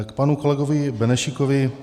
K panu kolegovi Benešíkovi.